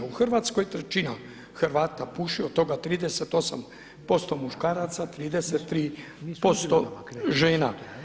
U Hrvatskoj trećina Hrvata puši, od toga 38% muškaraca, 33% žena.